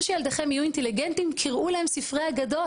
שילדכם יהיו אינטליגנטים קראו להם ספרי אגדות.